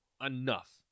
enough